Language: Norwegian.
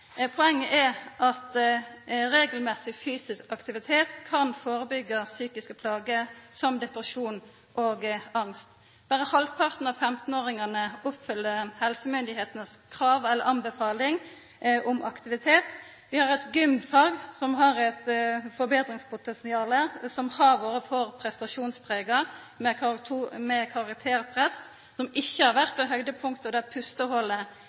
Poenget er at regelmessig fysisk aktivitet kan førebyggja psykiske plager som depresjon og angst. Berre halvparten av 15-åringane oppfyller helsestyresmaktene si anbefaling om aktivitet. Vi har eit gymfag som har eit forbetringspotensial, som har vore for prestasjonsprega, med karakterpress, som ikkje har vore det høgdepunktet og det